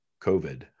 COVID